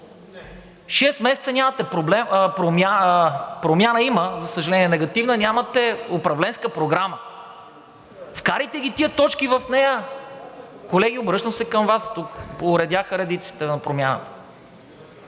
промяна… Промяна има, за съжаление, негативна, нямате управленска програма. Вкарайте ги тези точки в нея. Колеги, обръщам се към Вас – оредяха редиците на Промяната,